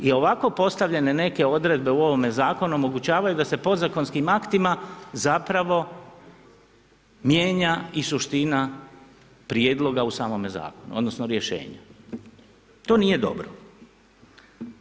I ovako postavljene neke odredbe u ovom zakonu omogućavaju da se podzakonskim aktima zapravo mijenja i suština prijedloga u samome zakonu odnosno rješenje, to nije dobro.